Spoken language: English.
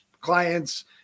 clients